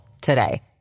today